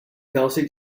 kelsey